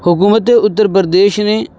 حکومت اتر پردیش نے